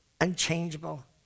unchangeable